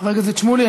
חבר הכנסת שמולי,